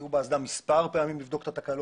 הם היו באסדה כמה פעמים כדי לבדוק את התקלות,